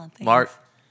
Mark